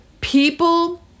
people